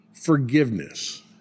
forgiveness